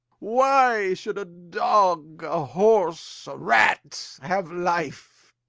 why should a dog, a horse, a rat, have life,